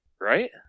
right